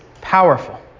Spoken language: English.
powerful